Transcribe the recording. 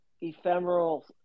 ephemeral